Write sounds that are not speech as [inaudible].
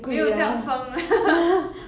没有这样疯 [noise]